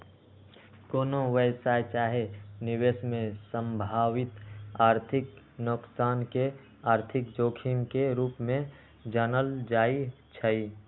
कोनो व्यवसाय चाहे निवेश में संभावित आर्थिक नोकसान के आर्थिक जोखिम के रूप में जानल जाइ छइ